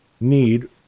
need